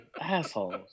assholes